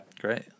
Great